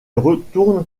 retourne